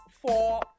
four